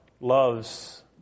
loves